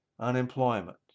unemployment